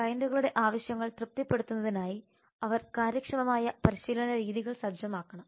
ക്ലയന്റുകളുടെ ആവശ്യങ്ങൾ തൃപ്തിപ്പെടുത്തുന്നതിനായി അവർ കാര്യക്ഷമമായ പരിശീലന രീതികൾ സജ്ജമാക്കണം